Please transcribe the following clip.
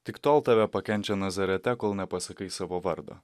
tik tol tave pakenčia nazarete kol nepasakai savo vardo